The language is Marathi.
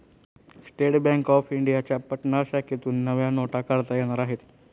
स्टेट बँक ऑफ इंडियाच्या पटना शाखेतून नव्या नोटा काढता येणार आहेत